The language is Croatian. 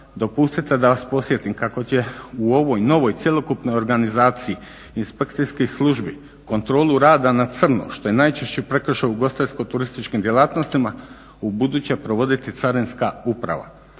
dopustite da vas podsjetim kako će u ovoj novoj, cjelokupnoj organizaciji inspekcijskih službi kontrolu rada na crno što je najčešći prekršaj u ugostiteljsko-turističkim djelatnostima ubuduće provoditi carinska uprava.